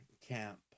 camp